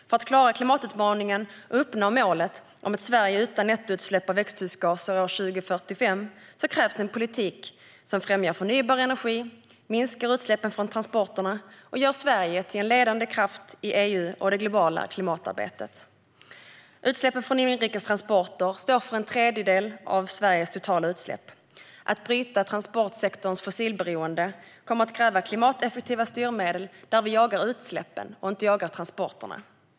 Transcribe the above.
För att klara klimatutmaningen och uppnå målet om ett Sverige utan nettoutsläpp av växthusgaser år 2045 krävs en politik som främjar förnybar energi, minskar utsläppen från transporterna och gör Sverige till en ledande kraft i EU och i det globala klimatarbetet. Utsläppen från inrikes transporter står för en tredjedel av Sveriges totala utsläpp. Att bryta transportsektorns fossilberoende kommer att kräva klimateffektiva styrmedel där vi jagar utsläppen och inte transporterna.